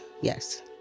yes